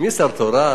מי השר התורן?